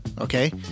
okay